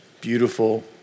Beautiful